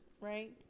right